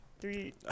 Three